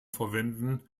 verwenden